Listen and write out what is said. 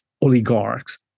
oligarchs